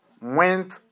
went